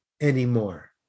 anymore